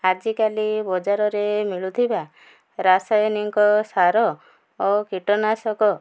ଆଜିକାଲି ବଜାରରେ ମିଳୁଥିବା ରାସାୟନିକ ସାର ଓ କୀଟନାଶକ